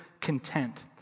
content